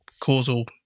causal